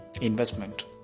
investment